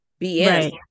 BS